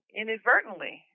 inadvertently